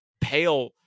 pale